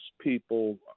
people